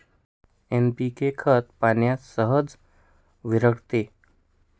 NPK खत पाण्यात सहज विरघळते